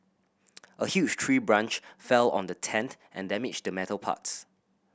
a huge tree branch fell on the tent and damaged the metal parts